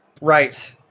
Right